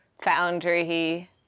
foundry